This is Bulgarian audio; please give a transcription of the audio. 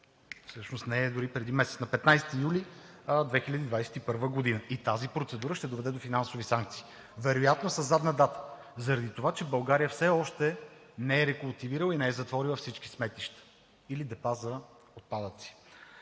всъщност не е дори преди месец – на 15 юли 2021 г., и тази процедура ще доведе до финансови санкции, вероятно със задна дата заради това, че България все още не е рекултивирала и не е затворила всички сметища или депа за отпадъци.